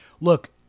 look